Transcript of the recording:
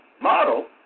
model